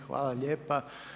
Hvala lijepa.